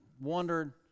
wondered